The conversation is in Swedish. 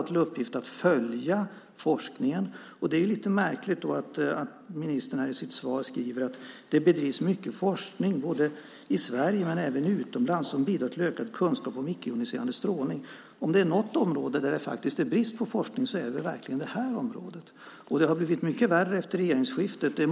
Det är lite märkligt att ministern i sitt svar säger att det bedrivs mycket forskning i Sverige och även utomlands som bidrar till ökad kunskap om icke-joniserande strålning. Om det är något område där det är brist på forskning så är det verkligen det här området. Det har blivit mycket värre efter regeringsskiftet.